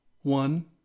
one